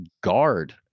guard